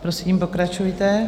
Prosím, pokračujte.